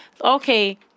okay